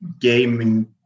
gaming